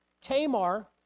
Tamar